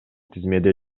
тизмеде